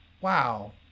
wow